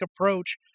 approach